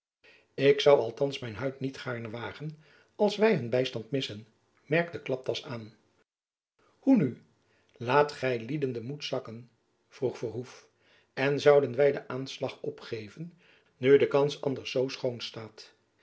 ik zoû althands mijn huid niet gaarne wagen als wy hun bystand missen merkte klaptas aan hoe nu laat gylieden den moed zakken vroeg verhoef en zouden wy den aanslag opgeven nu de kans anders zoo schoon staat